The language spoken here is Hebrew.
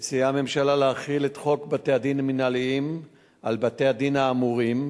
מציעה הממשלה להחיל את חוק בתי-הדין המינהליים על בתי-הדין האמורים,